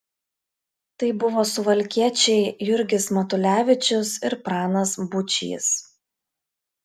tai buvo suvalkiečiai jurgis matulevičius ir pranas būčys